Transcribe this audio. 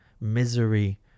misery